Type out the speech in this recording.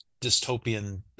dystopian